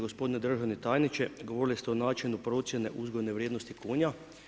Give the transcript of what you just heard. Gospodine državni tajniče, govorili ste o načinu procjene uzgojne vrijednosti konja.